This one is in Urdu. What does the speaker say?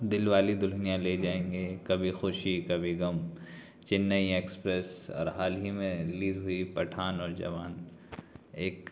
دل والی دلہنیا لے جائیں گے کبھی خوشی کبھی غم چینئی ایکسپریس اور حال ہی میں ریلیز ہوئی پٹھان اور جوان ایک